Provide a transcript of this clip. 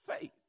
faith